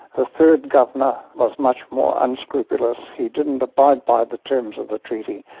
the third governor was much more unscrupulous, he didn't abide by the terms of the treaty,